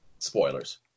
spoilers